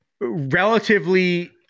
Relatively